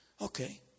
Okay